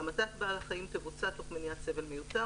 המתת בעל החיים תבוצע תוך מניעת סבל מיותר,